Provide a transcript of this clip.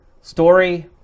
Story